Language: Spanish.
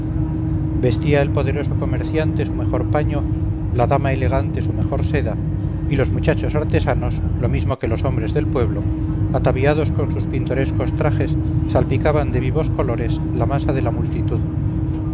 vestía el poderoso comerciante su mejor paño la dama elegante su mejor seda y los muchachos artesanos lo mismo que los hombres del pueblo ataviados con sus pintorescos trajes salpicaban de vivos colores la masa de la multitud